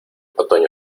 otoño